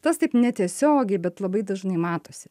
tas taip netiesiogiai bet labai dažnai matosi